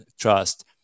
trust